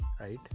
right